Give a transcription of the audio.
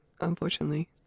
unfortunately